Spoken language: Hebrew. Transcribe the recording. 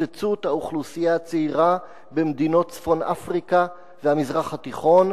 התפוצצות האוכלוסייה הצעירה במדינות צפון-אפריקה והמזרח התיכון.